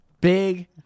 big